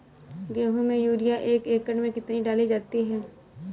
गेहूँ में यूरिया एक एकड़ में कितनी डाली जाती है?